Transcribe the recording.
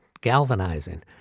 galvanizing